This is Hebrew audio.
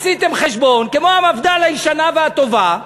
עשיתם חשבון, כמו המפד"ל הישנה והטובה,